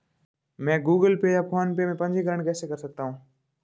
मैं Google Pay या PhonePe में पंजीकरण कैसे कर सकता हूँ?